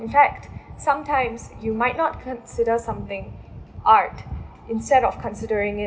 in fact sometimes you might not consider something art instead of considering it